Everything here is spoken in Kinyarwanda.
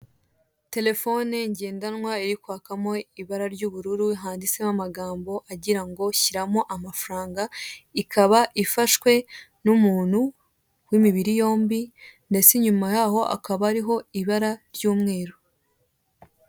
Telefone ngendanwa irikwakamo ibara ry'ubururu handitswemo amagambo agira no shyiramo amafaranga ikaba ifashe n'umuntu w'imibiri yombi ndetse inyuma yaho hakaba hariho ibara ry'umweru.